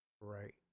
right